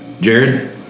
Jared